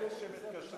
מאלה שמתקשרים,